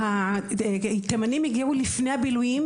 התימנים הגיעו לפני הביל"ויים,